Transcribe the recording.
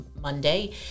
monday